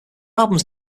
albums